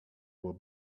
will